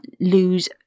lose